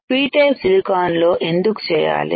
p-type silicon లో ఎందుకు చేయాలి